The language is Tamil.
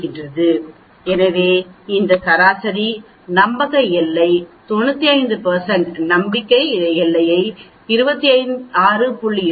85 எனவே இந்த சராசரி நம்பக எல்லை 95 நம்பக எல்லை 26